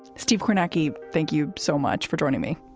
steve kornacki, thank you so much for joining me.